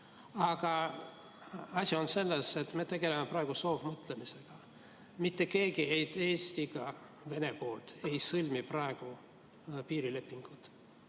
Aga asi on selles, et me tegeleme praegu soovmõtlemisega. Mitte keegi Vene poolt ei sõlmi praegu Eestiga piirilepingut.